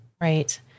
right